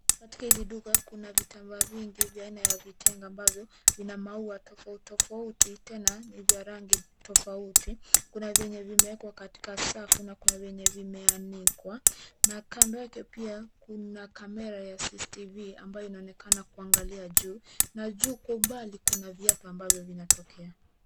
Katika hili duka kuna vitambaa vingi vya aina ya vitenge ambavyo vina maua tofautitofauti tena ni vya rangi tofauti. Kuna vyenye vimewekwa katika safu na kuna vyenye vimeanikwa na kando yake pia kuna kamera ya CCTV ambayo inaonekana kuangalia juu na juu kwa umbali kuna viatu ambavyo vinatokea.